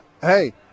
hey